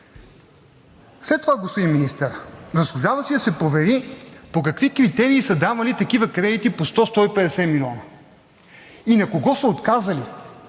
След това, господин Министър, заслужава си да се провери по какви критерии са давани такива кредити по 100 – 150 млн. лв. и на кого са отказали?